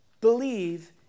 believe